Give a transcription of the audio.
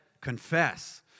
confess